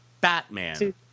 Batman